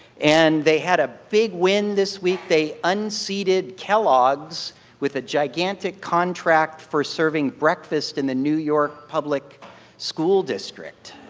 and they had a big win this week. they unseeded kellogg's with a gigantic contract for serving breakfast in the new york public school district.